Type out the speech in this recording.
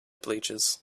bleachers